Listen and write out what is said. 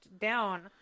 down